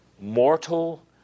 mortal